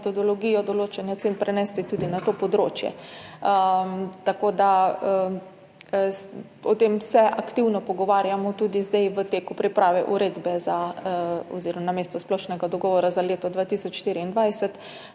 metodologijo določanja cen prenesti tudi na to področje. O tem se aktivno pogovarjamo tudi zdaj v teku priprave uredbe oziroma splošnega dogovora za leto 2024,